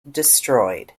destroyed